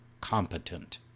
competent